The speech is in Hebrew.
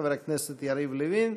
חבר הכנסת יריב לוין.